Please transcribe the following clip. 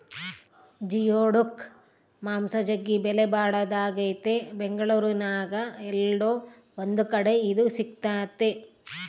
geoduck ಮಾಂಸ ಜಗ್ಗಿ ಬೆಲೆಬಾಳದಾಗೆತೆ ಬೆಂಗಳೂರಿನ್ಯಾಗ ಏಲ್ಲೊ ಒಂದು ಕಡೆ ಇದು ಸಿಕ್ತತೆ